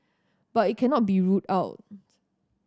but it cannot be ruled out